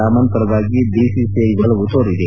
ರಾಮನ್ ಪರವಾಗಿ ಬಿಸಿಸಿಐ ಒಲವು ತೋರಿದೆ